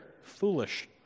foolish